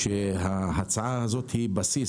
שההצעה הזאת היא בסיס,